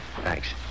Thanks